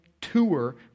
tour